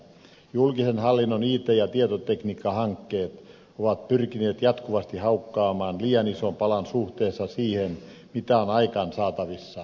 julkisen hallinnon it ja tietotekniikkahankkeet ovat pyrkineet jatkuvasti haukkaamaan liian ison palan suhteessa siihen mitä on aikaansaatavissa